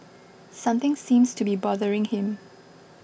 something seems to be bothering him